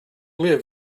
liv